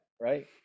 right